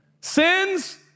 Sins